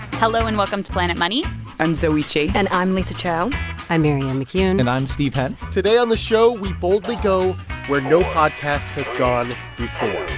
hello, and welcome to planet money i'm zoe chace and i'm lisa chow i'm marianne mccune and i'm steve henn today on the show, we boldly go where no podcast has gone before